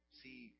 see